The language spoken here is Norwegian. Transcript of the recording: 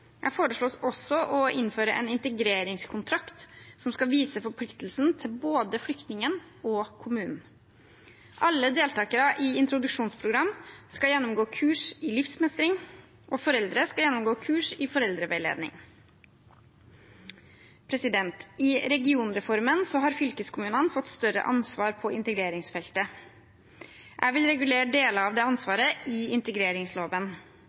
Jeg foreslår også å innføre en integreringskontrakt som skal vise forpliktelsene til både flyktningen og kommunen. Alle deltagere i introduksjonsprogram skal gjennomgå kurs i livsmestring, og foreldre skal gjennomgå kurs i foreldreveiledning. I regionreformen har fylkeskommunene fått større ansvar på integreringsfeltet. Jeg vil regulere deler av dette ansvaret i integreringsloven.